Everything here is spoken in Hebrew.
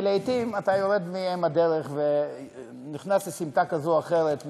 ולעתים אתה יורד מאם הדרך ונכנס לסמטה כזאת או אחרת,